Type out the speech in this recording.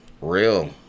Real